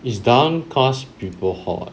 is down cause people hoard